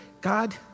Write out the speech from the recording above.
God